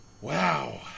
Wow